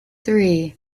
three